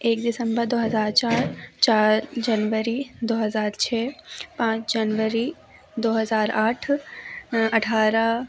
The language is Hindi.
एक दिसंबर दो हज़ार चार चार जनवरी दो हज़ार छः पाँच जनवरी दो हज़ार आठ अठारह